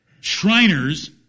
shriners